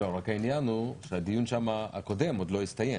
לא, רק העניין הוא שהדיון הקודם שם עוד לא הסתיים.